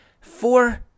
four